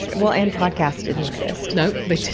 and well, and podcasts didn't exist. nope. they did